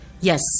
Yes